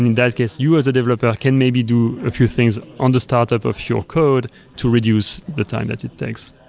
in and that case, you as a developer, can may be do a few things on the startup of your code to reduce the time that it takes.